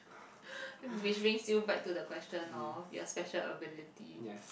which brings you back to the question of your special ability